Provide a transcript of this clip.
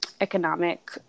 economic